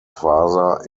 father